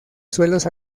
suelos